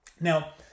Now